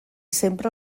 sempre